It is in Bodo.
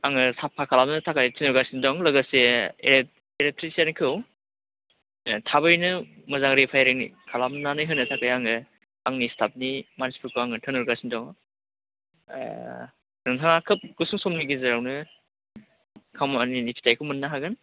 आङो साफा खालामनो थाखाय थिनहरगासिनो दं लोगोसे इलेकथ्रेसियानखौ थाबैनो मोजां रिपाइरिं खालामनो थाखाय आङो आंनि स्टापनि मानसिफोरखौ आङो थिनहरगासिनो दं ओह नोंहा खोब गुसुं समनि गेजेरावनो खामानिनि फिथाइखौ मोन्नो हागोन